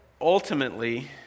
ultimately